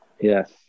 yes